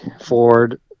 Ford